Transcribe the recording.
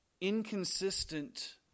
inconsistent